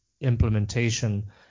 implementation